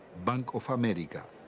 bank of america,